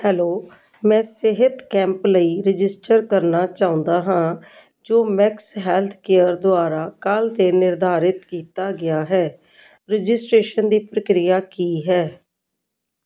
hello ਮੈਂ ਸਿਹਤ camp ਲਈ ਰਜਿਸਟਰ ਕਰਨਾ ਚਾਹੁੰਦਾ ਹਾਂ ਜੋ ਮੈਕਸ ਹੈਲਥਕੇਅਰ ਦੁਆਰਾ ਕੱਲ੍ਹ 'ਤੇ ਨਿਰਧਾਰਤ ਕੀਤਾ ਗਿਆ ਹੈ ਰਜਿਸਟ੍ਰੇਸ਼ਨ ਦੀ ਪ੍ਰਕਿਰਿਆ ਕੀ ਹੈ